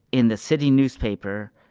in the city newspaper,